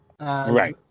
Right